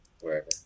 wherever